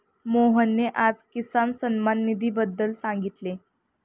मोहनने आज किसान सन्मान निधीबद्दल सांगितले